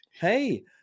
Hey